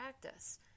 practice